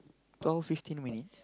twelve fifteen minutes